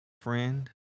friend